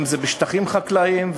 אם בשטחים חקלאיים,